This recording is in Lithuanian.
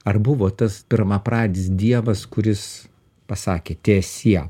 ar buvo tas pirmapradis dievas kuris pasakė teesie